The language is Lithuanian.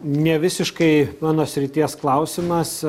ne visiškai mano srities klausimas